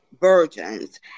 virgins